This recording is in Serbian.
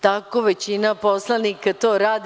Tako većina poslanika to radi.